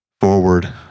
forward